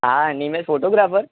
હા નિમેશ ફોટોગ્રાફર